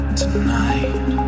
tonight